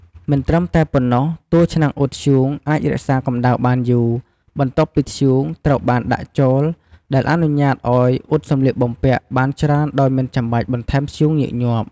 មិនត្រឹមតែប៉ុណ្ណោះ តួឆ្នាំងអ៊ុតធ្យូងអាចរក្សាកម្ដៅបានយូរ បន្ទាប់ពីធ្យូងត្រូវបានដាក់ចូល ដែលអនុញ្ញាតឲ្យអ៊ុតសម្លៀកបំពាក់បានច្រើនដោយមិនចាំបាច់បន្ថែមធ្យូងញឹកញាប់។